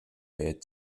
bid